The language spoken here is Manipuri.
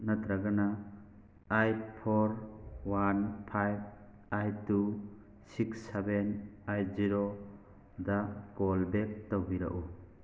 ꯅꯠꯇ꯭ꯔꯒꯅ eight four one five eight two six seven eight zero ꯗ ꯀꯣꯜ ꯕꯦꯛ ꯇꯧꯕꯤꯔꯛꯎ